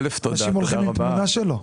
אנשים הולכים עם תמונה שלו.